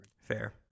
Fair